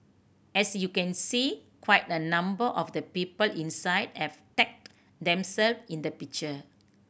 as you can see quite a number of the people inside have tagged themselves in the picture